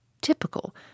typical